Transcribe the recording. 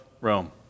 Rome